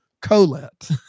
Colette